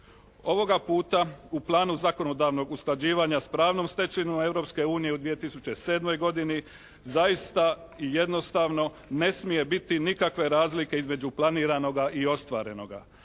Ovoga puta u planu zakonodavnog usklađivanja s pravnom stečevinom Europske unije u 2007. godini zaista i jednostavno ne smije biti nikakve razlike između planiranoga i ostvarenoga.